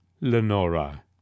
Lenora